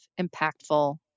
impactful